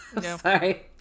Sorry